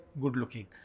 good-looking